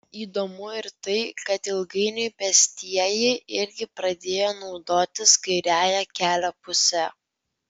įdomu ir tai kad ilgainiui pėstieji irgi pradėjo naudotis kairiąja kelio puse